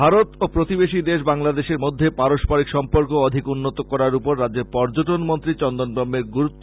ভারত ও প্রতিবেশী দেশ বাংলাদেশের মধ্যে পারস্পরিক সম্পর্ক অধিক উন্নত করার উপর রাজ্যের পর্যটন মন্ত্রী চন্দন ব্রক্ষ্মের গুরুত্ব